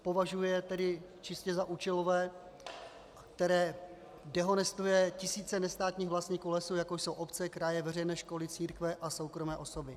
Považuje je tedy čistě za účelové, které dehonestuje tisíce nestátních vlastníků lesů jako jsou obce, kraje, veřejné školy, církve a soukromé osoby.